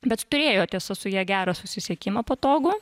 bet turėjo tiesa su ja gerą susisiekimą patogu